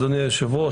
אדוני היושב-ראש,